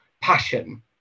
passion